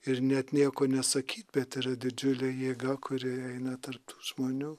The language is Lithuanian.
ir net nieko nesakyti bet yra didžiulė jėga kuri eina tarp žmonių